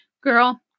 girl